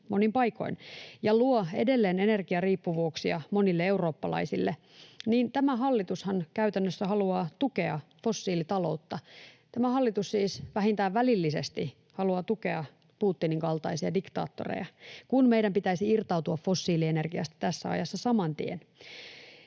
monin paikoin ja luo edelleen energiariippuvuuksia monille eurooppalaisille, niin tämä hallitushan käytännössä haluaa tukea fossiilitaloutta. Tämä hallitus siis vähintään välillisesti haluaa tukea Putinin kaltaisia diktaattoreja, kun meidän pitäisi irtautua fossiilienergiasta tässä ajassa saman tien.